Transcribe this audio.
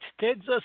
Texas